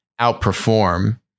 outperform